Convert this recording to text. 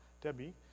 Debbie